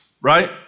right